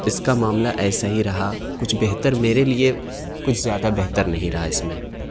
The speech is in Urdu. اس کا معاملہ ایسا ہی رہا کچھ بہتر میرے لیے کچھ زیادہ بہتر نہیں رہا اس میں